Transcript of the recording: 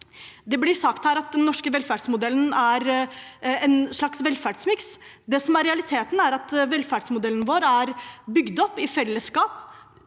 det blir sagt her at den norske velferdsmodellen er en slags velferdsmiks. Det som er realiteten, er at velferdsmodellen vår er bygd opp i fellesskap